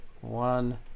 one